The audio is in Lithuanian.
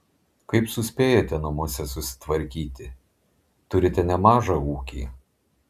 kaip suspėjate namuose susitvarkyti turite nemažą ūkį